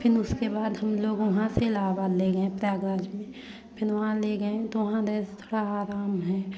फिर उसके बाद हम लोग वहाँ से लावा ले गए हैं पैगाज में फिर वहाँ ले गए तो वहाँ देर से थोड़ा आराम है